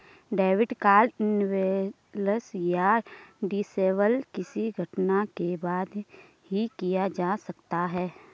debit card enable या disable किसी घटना के बाद ही किया जा सकता है